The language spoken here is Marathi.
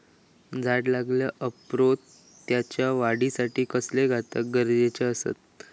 झाड लायल्या ओप्रात त्याच्या वाढीसाठी कसले घटक गरजेचे असत?